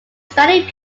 studied